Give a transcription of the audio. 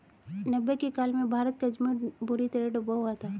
नब्बे के काल में भारत कर्ज में बुरी तरह डूबा हुआ था